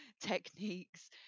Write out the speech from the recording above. techniques